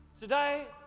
Today